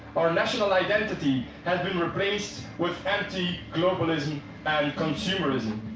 our national identity has been replaced with empty globalism and consumerism.